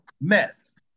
mess